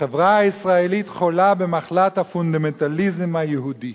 "החברה הישראלית חולה במחלת הפונדמנטליזם היהודי".